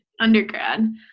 undergrad